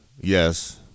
Yes